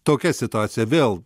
tokia situacija vėl